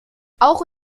auch